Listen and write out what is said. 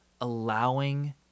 allowing